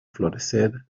florecer